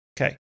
Okay